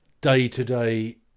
day-to-day